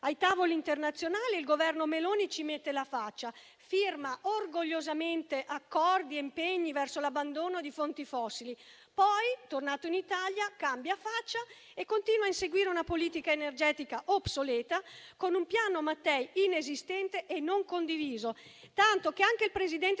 Ai tavoli internazionali il Governo Meloni ci mette la faccia, firma orgogliosamente accordi e impegni verso l'abbandono di fonti fossili; poi, tornato in Italia, cambia faccia e continua a inseguire una politica energetica obsoleta, con un Piano Mattei inesistente e non condiviso, tanto che anche il presidente